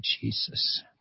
Jesus